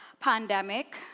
pandemic